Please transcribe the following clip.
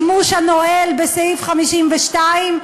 לגבי השימוש הנואל בסעיף 52,